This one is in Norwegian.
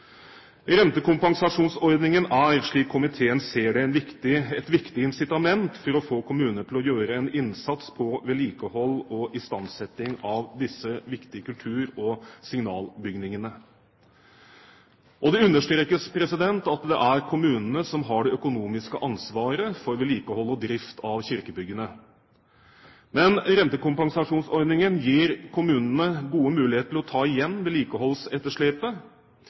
Rentekompensasjonsordningen er, slik komiteen ser det, et viktig incitament for å få kommunene til å gjøre en innsats på vedlikehold og istandsetting av disse viktige kultur- og signalbygningene. Det understrekes at det er kommunene som har det økonomiske ansvaret for vedlikehold og drift av kirkebyggene. Men rentekompensasjonsordningen gir kommunene gode muligheter til å ta igjen vedlikeholdsetterslepet,